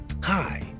Hi